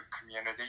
community